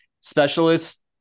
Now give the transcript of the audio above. Specialists